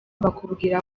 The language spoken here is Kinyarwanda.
bakubwira